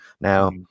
Now